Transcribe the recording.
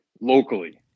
locally